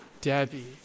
Debbie